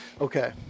Okay